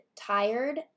tired